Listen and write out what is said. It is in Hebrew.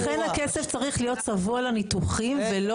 לכן הכסף צריך להיות צבוע לניתוחים ולא